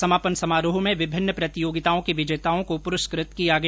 समापन समारोह में विभिन्न प्रतियोगिताओं के विजेताओं को पुरस्कृत किया गया